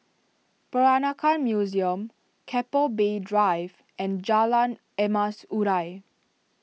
Peranakan Museum Keppel Bay Drive and Jalan Emas Urai